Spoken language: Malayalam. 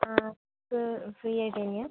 ആ ഇത് ഫ്രീ ആയിട്ട് തന്നെയാണോ